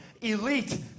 elite